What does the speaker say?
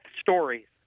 stories